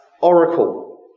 oracle